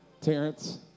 Terrence